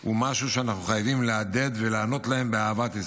היא משהו שאנחנו חייבים להדהד ולענות להן באהבת ישראל,